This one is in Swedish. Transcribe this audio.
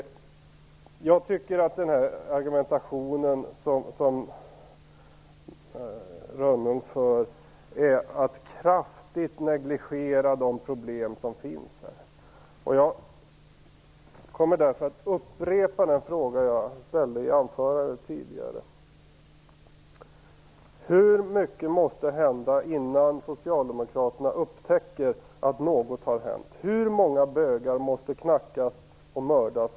Jag tycker att den argumentation som Catarina Rönnung för är att kraftigt negligera problemen. Jag vill därför upprepa den fråga som jag ställde i mitt anförande. Hur mycket måste hända innan socialdemokraterna upptäcker att något har hänt? Hur många bögar måste knackas och mördas?